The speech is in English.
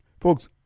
Folks